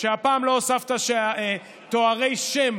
שהפעם לא הוספת תוארי שם: